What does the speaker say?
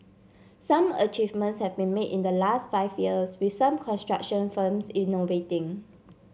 some achievements have been made in the last five years with some construction firms innovating